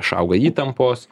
išaugo įtampos